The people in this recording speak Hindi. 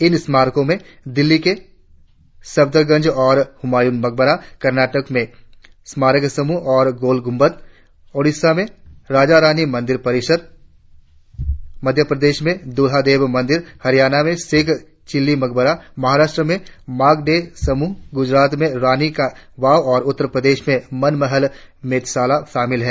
इन स्मारकों में दिल्ली में सफदरजंग और हुमांयू मकबरा कर्नाटक में स्मॉरक समूह और गोल गुम्बद ओड़िसा में राजारानी मंदिर परिसर मध्यप्रदेश में दुल्हादेव मंदिर हरियाणा में शेख चिल्ली मकबरा महाराष्ट्र के मार्के डे समूह मंदिर गुजरात में रानी की वाव और उत्तर प्रदेश में मन महल वेधशाला शामिल हैं